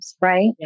right